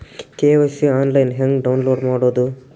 KYC online ಹೆಂಗ್ download ಮಾಡೋದು?